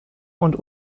und